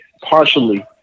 partially